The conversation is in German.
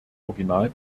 original